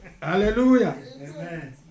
Hallelujah